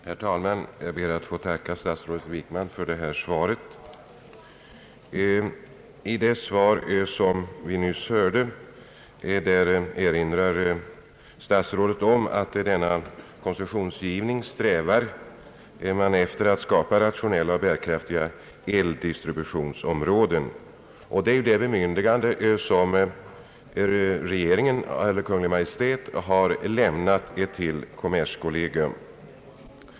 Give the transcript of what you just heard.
: Herr talman! Jag ber att få tacka statrådet Wickman för svaret. Statsrådet erinrar i detta om att man vid koncessionsgivningen strävar efter att skapa rationella och bärkraftiga eldistri butionsområden, och det är ju det bemyndigande som Kungl. Maj:t har lämnat till kommerskollegium.